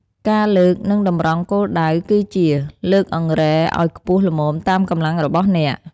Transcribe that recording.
ការលើក និងតម្រង់គោលដៅគឺជា លើកអង្រែឱ្យខ្ពស់ល្មមតាមកម្លាំងរបស់អ្នក។